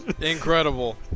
Incredible